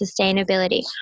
sustainability